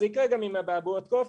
זה יקרה גם עם אבעבועות קוף.